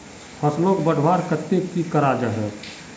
फसलोक बढ़वार केते की करा जाहा?